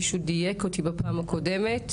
אלא מישהו דייק אותי בפעם הקודמת